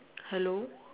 hello